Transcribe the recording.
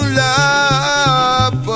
love